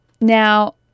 Now